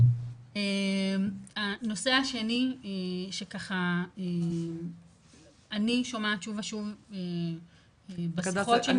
הנושא השני שככה אני שומעת שוב ושוב בשיחות.